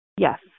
Yes